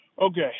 Okay